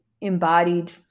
embodied